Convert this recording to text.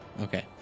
Okay